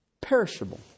perishable